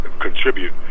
contribute